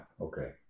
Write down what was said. okay